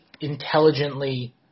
intelligently